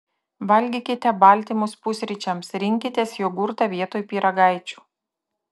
valgykite baltymus pusryčiams rinkitės jogurtą vietoj pyragaičių